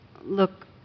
look